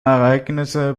ereignisse